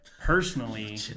personally